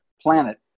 planet